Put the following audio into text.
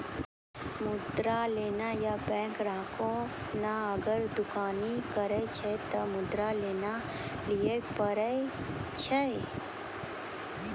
मुद्रा लोन ये बैंक ग्राहक ने अगर दुकानी करे छै ते मुद्रा लोन लिए पारे छेयै?